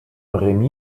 remis